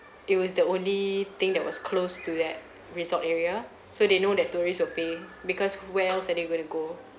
it was the only thing that was close to that resort area so they know that tourists will pay because where else are they going to go